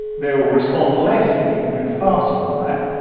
they will respond less if you move faster than that,